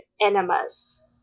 enemas